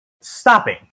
stopping